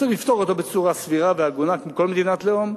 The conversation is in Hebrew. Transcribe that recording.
צריך לפתור אותו בצורה סבירה והגונה כמו כל מדינת לאום.